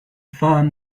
farm